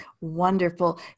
Wonderful